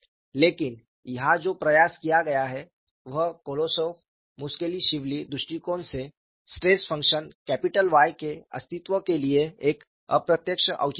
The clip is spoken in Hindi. लेकिन यहाँ जो प्रयास किया गया है वह कोलोसोव मुस्केलिशविली दृष्टिकोण से स्ट्रेस फंक्शन कैपिटल Y के अस्तित्व के लिए एक अप्रत्यक्ष औचित्य है